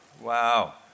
wow